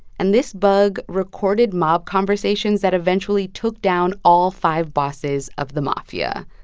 and this bug recorded mob conversations that eventually took down all five bosses of the mafia.